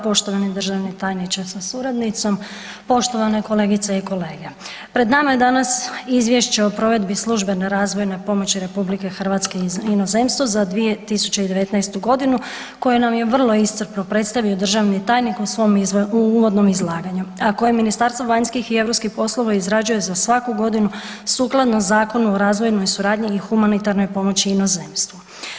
Poštovani državni tajniče sa suradnicom, poštovane kolegice i kolege, pred nama je danas Izvješće o provedbi službene razvoje pomoći RH inozemstvu za 2019. godinu koje nam je vrlo iscrpno predstavio državni tajnik u svom uvodnom izlaganju, a koje Ministarstvo vanjskih i europskih poslova izrađuje za svaku godinu sukladno Zakonu o razvojnoj suradnji i humanitarnoj pomoći inozemstvu.